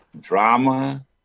drama